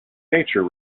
nature